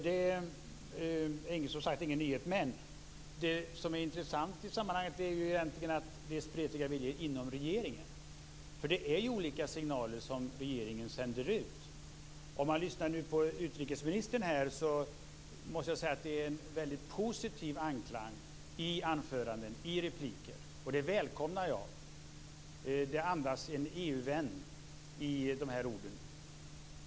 Det är som sagt ingen nyhet, men det som är intressant i sammanhanget är egentligen att det är spretiga viljor inom regeringen. Det är olika signaler som regeringen sänder ut. När man lyssnar på utrikesministern här måste jag säga att det är en väldigt positiv anklang i anföranden och i repliker. Det välkomnar jag. Det andas en EU-vän i hennes ord.